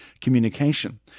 communication